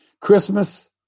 Christmas